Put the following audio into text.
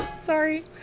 sorry